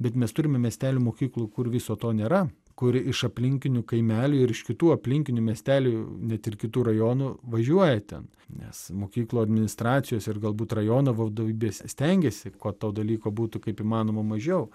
bet mes turime miestelių mokyklų kur viso to nėra kuri iš aplinkinių kaimelių ir iš kitų aplinkinių miestelių net ir kitų rajonų važiuoja ten nes mokyklų administracijos ir galbūt rajono vadovybės stengiasi kad to dalyko būtų kaip įmanoma mažiau